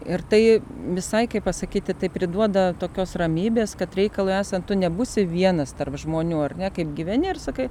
ir tai visai kaip pasakyti tai priduoda tokios ramybės kad reikalui esant tu nebūsi vienas tarp žmonių ar ne kaip gyveni ir sakai